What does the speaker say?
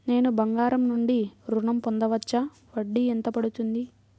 నేను బంగారం నుండి ఋణం పొందవచ్చా? వడ్డీ ఎంత పడుతుంది?